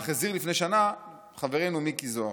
כך הזהיר לפני שנה חברנו מיקי זוהר.